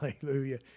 hallelujah